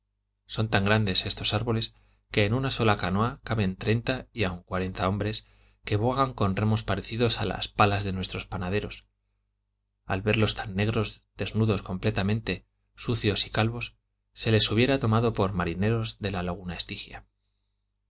son tan grandes estos árboles que en una sola canoa caben treinta y aun cuarenta hombres que bogan con remos parecidos a las palas de nuestros panaderos al verlos tan negros desnudos completamente sucios y calvos se les hubiera tomado por marineros de la laguna estigia